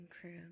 crew